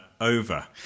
over